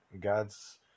God's